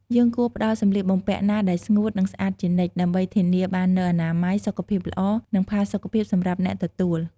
យើងគួរផ្ដល់សម្លៀកបំពាក់ណាដែលស្ងួត និងស្អាតជានិច្ច ដើម្បីធានាបាននូវអនាម័យ សុខភាពល្អ និងផាសុកភាពសម្រាប់អ្នកទទួល។